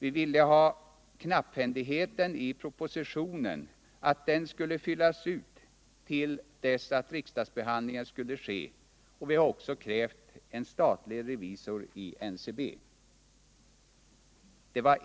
Vidare ville vi att knapphändigheten i propositionen skulle fyllas ut innan riksdagsbehandlingen började, och vi har dessutom krävt en statlig revisor i NCB. Det har